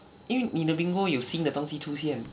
因为你的 bingo 有新的东西出现